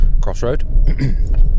crossroad